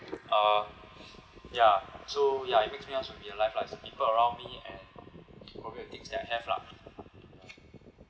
uh ya so ya it makes me want to be alive lah it's people around me and probably the things that I have lah